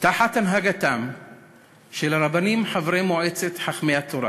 תחת הנהגתם של הרבנים חברי מועצת חכמי התורה.